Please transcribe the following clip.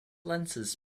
lenses